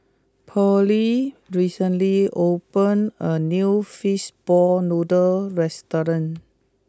Pearle recently opened a new Fish Ball Noodles restaurant